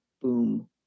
boom